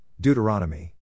Deuteronomy